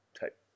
type